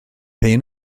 hen